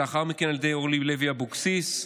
ולאחר מכן אורלי לוי אבקסיס,